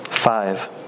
Five